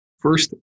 First